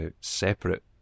separate